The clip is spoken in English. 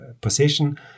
position